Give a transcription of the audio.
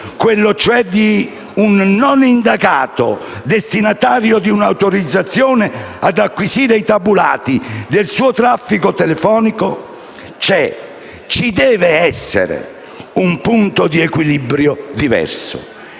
e l'altro (un non indagato destinatario di un'autorizzazione ad acquisire i tabulati del suo traffico telefonico) c'è e ci deve essere un punto di equilibrio diverso.